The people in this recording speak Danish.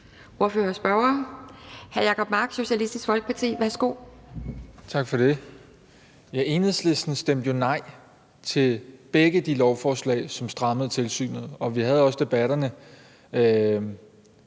Hr. Jacob Mark, Socialistisk Folkeparti. Værsgo. Kl. 12:02 Jacob Mark (SF): Tak for det. Enhedslisten stemte jo nej til begge de lovforslag, som strammede tilsynet. Vi havde også debatterne,